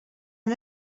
han